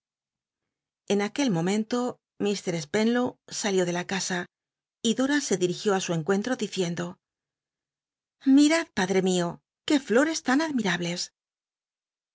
en aquel momento mr spcnlow salió de la casa y do ra se di tigió i sn encuentro tlicicndo ilirad padre mio qué llores tan admirables